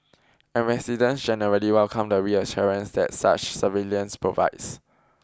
and residents generally welcome the reassurance that such surveillance provides